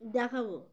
দেখাবো